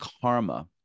karma